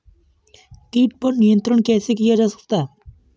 कीट पर नियंत्रण कैसे किया जा सकता है?